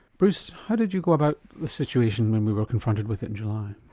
bruce, how did you go about the situation when we were confronted with it in july?